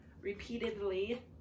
repeatedly